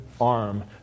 arm